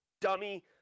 dummy